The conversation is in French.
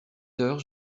heures